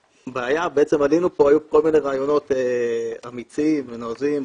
בעצם היו פה כל מיני רעיונות אמיצים ונועזים,